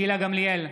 גילה גמליאל,